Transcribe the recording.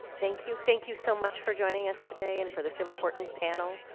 thank you. thank you so much for joining us today and for this important panel.